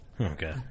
Okay